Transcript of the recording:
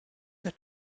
der